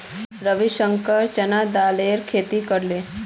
रविशंकर चना दालेर खेती करले